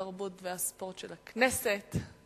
התרבות והספורט של הכנסת,